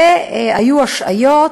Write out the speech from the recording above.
והיו השעיות,